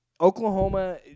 Oklahoma